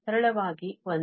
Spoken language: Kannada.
ಸರಳವಾಗಿ 1